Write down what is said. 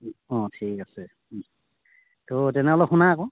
অঁ ঠিক আছে ত' তেনেহ'লে শুনা আকৌ